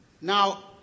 Now